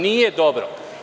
Nije dobro.